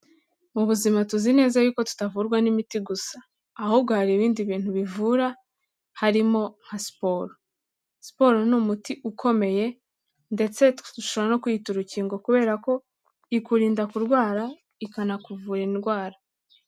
Mu buzima tuzi neza yuko tutavurwa n'imiti gusa, ahubwo hari ibindi bintu bivura harimo nka siporo, siporo ni umuti ukomeye ndetse dushobora no kwiyita urukingo kubera ko ikurinda kurwara, ikanakuvura indwara.